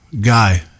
guy